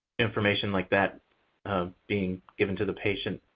information like that being given to the patient.